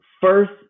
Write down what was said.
First